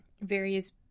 various